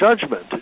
judgment